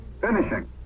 finishing